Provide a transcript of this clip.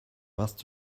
warst